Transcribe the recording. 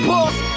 Boss